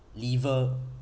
liver